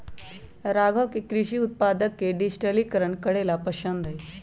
राघव के कृषि उत्पादक के डिजिटलीकरण करे ला पसंद हई